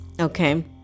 okay